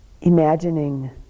Imagining